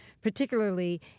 particularly